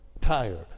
tired